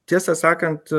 tiesą sakant